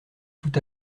tout